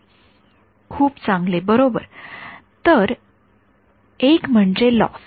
विद्यार्थीः खूप चांगले बरोबर तर एक म्हणजे लॉस